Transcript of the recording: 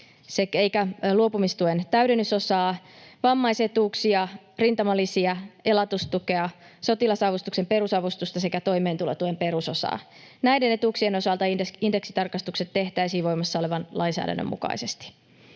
eikä luopumistuen täydennysosaa, vammaisetuuksia, rintamalisiä, elatustukea, sotilasavustuksen perusavustusta eikä toimeentulotuen perusosaa. Näiden etuuksien osalta indeksitarkistukset tehtäisiin voimassa olevan lainsäädännön mukaisesti.